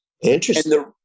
Interesting